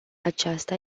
aceasta